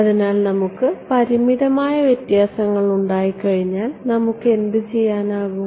അതിനാൽ നമുക്ക് പരിമിതമായ വ്യത്യാസങ്ങൾ ഉണ്ടായിക്കഴിഞ്ഞാൽ നമുക്ക് എന്തുചെയ്യാൻ കഴിയും